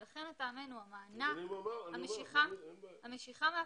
אז אני אומר שאין בעיה.